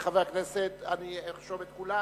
הכנסת, אני ארשום את כולם.